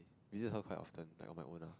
visit her quite often like on my own ah